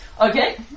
Okay